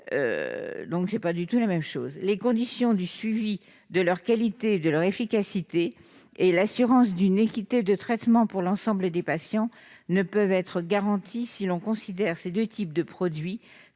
produits industriellement. Les conditions du suivi de leur qualité et de leur efficacité, et l'assurance d'une équité de traitement pour l'ensemble des patients ne peuvent être garanties si l'on considère ces deux types de produits